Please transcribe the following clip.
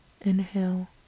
inhale